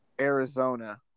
Arizona